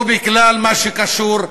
או בגלל מה שקשור,